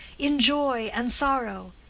in joy and sorrow,